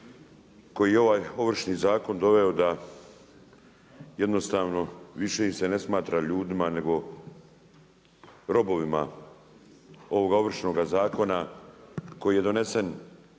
koji ovaj Ovršni zakon doveo da jednostavno više ih se ne smatra ljudima nego robovima ovoga Ovršnog zakona koji je donesen